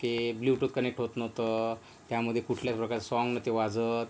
के bluetooth connect होत नव्हतं त्यामध्ये कुठल्याच प्रकारचे साँग नते वाजत